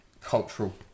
cultural